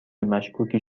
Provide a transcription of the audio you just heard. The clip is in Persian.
مشکوکی